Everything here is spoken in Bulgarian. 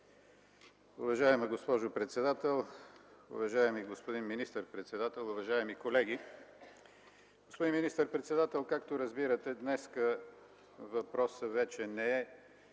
Уважаема госпожо председател, уважаеми господин министър-председател, уважаеми колеги! Господин министър-председател, както разбирате, днес въпросът вече не е